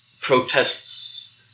Protests